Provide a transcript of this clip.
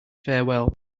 farewell